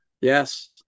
Yes